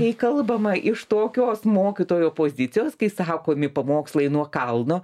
kai kalbama iš tokios mokytojo pozicijos kai sakomi pamokslai nuo kalno